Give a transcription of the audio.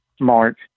March